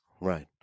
Right